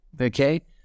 Okay